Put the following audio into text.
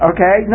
Okay